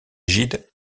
gide